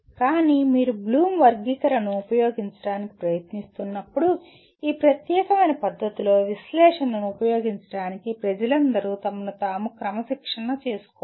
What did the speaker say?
కానీ మీరు బ్లూమ్ వర్గీకరణను ఉపయోగించటానికి ప్రయత్నిస్తున్నప్పుడు ఈ ప్రత్యేకమైన పద్ధతిలో విశ్లేషణను ఉపయోగించడానికి ప్రజలందరూ తమను తాము క్రమశిక్షణ చేసుకోవాలి